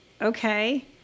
okay